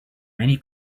many